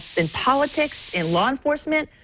in politics, in law enforcement,